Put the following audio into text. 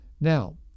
Now